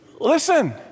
Listen